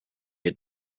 had